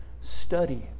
Study